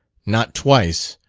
not twice,